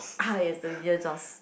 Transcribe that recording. ah yes the